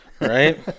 Right